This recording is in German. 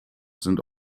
sind